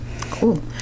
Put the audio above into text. cool